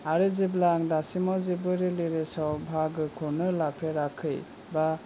आरो जेब्ला आं दासिमाव जेबो रिलिरेज आव बाहागोखौनो लाफेराखै दा